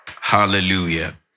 Hallelujah